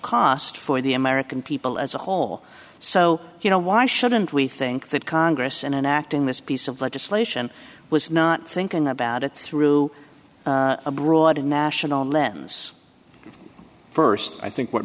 cost for the american people as a whole so you know why shouldn't we think that congress and enacting this piece of legislation was not thinking about it through a broad national lens st i think what